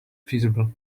feasible